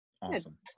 awesome